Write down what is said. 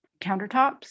countertops